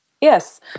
Yes